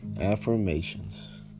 affirmations